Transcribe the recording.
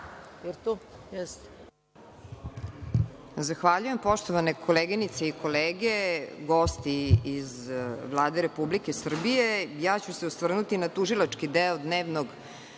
Zahvaljujem. Poštovane koleginice i kolege, gosti iz Vlade Republike Srbije, ja ću se osvrnuti na tužilački deo dnevnog